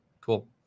Cool